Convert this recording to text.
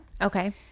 Okay